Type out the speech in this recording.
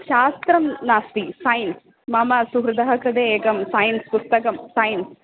शास्त्रं नास्ति सैन्स् मम सुहृदः कृते एकं सैन्स् पुस्तकं सैन्स्